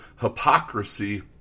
hypocrisy